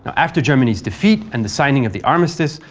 after germany's defeat and the signing of the armistice,